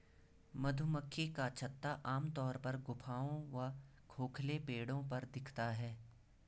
मधुमक्खी का छत्ता आमतौर पर गुफाओं व खोखले पेड़ों पर दिखता है